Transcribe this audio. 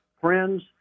friends